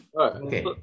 Okay